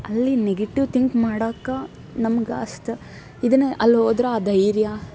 ಅಲ್ಲಿ negative think ಮಾಡೋಕೆ ನಮ್ಗಷ್ಟು ಇದನ್ನೇ ಅಲ್ಲಿ ಹೋದ್ರೆ ಆ ಧೈರ್ಯ